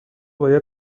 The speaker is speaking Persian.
باید